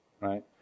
right